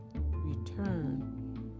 return